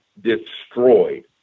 destroyed